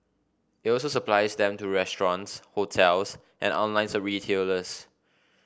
it also supplies them to restaurants hotels and online the retailers